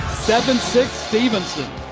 seven six, stephenson.